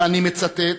ואני מצטט,